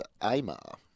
AMAR